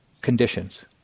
conditions